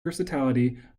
versatility